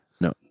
No